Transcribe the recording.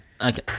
Okay